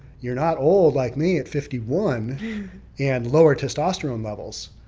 you're not old like me at fifty one and lower testosterone levels.